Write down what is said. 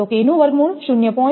તો K નો વર્ગમૂળ 0